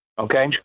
Okay